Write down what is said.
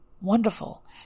wonderful